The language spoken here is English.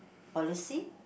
policy